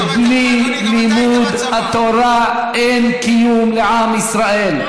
שבלי לימוד התורה אין קיום לעם ישראל.